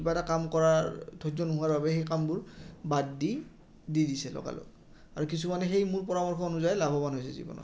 কিবা এটা কাম কৰাৰ ধৈৰ্য নোহোৱাৰ বাবে সেই কামবোৰ বাদ দি দি দিছে লগালগ আৰু কিছুমানে সেই মোৰ পৰামৰ্শ অনুযায়ী লাভৱান হৈছে জীৱনত